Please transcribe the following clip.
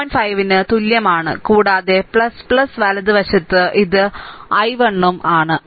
5 ന് തുല്യമാണ് കൂടാതെ വലതുവശത്ത് ഇത് i 1 ഇതും i 1 ആണ്